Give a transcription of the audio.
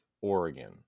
Oregon